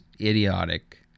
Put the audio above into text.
idiotic